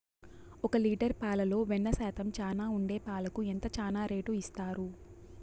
ఒక లీటర్ పాలలో వెన్న శాతం చానా ఉండే పాలకు ఎంత చానా రేటు ఇస్తారు?